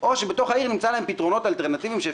או שנמצא להן פתרונות אלטרנטיביים בתוך העיר,